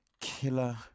Killer